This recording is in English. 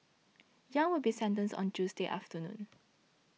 Yang will be sentenced on Tuesday afternoon